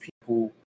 people